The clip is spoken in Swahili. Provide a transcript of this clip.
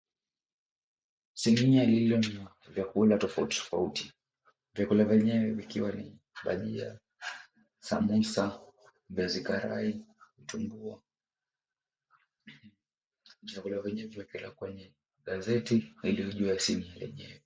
Sinia lililo na vyakula tofauti tofauti. Vyakula vyenyewe vikiwa ni bajia, sambusa, viazi karai, vitumbua. Vyakula vyenyewe vimeekelewa kwenye gazeti iliyo juu ya sinia lenyewe.